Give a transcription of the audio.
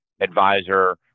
advisor